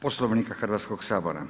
Poslovnika Hrvatskog sabora.